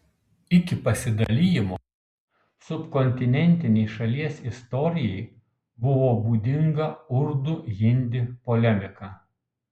iki pasidalijimo subkontinentinei šalies istorijai buvo būdinga urdu hindi polemika